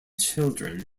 children